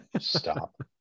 stop